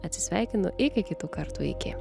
atsisveikinu iki kitų kartų iki